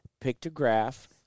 pictograph